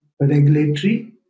regulatory